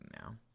now